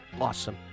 Awesome